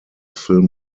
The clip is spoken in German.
film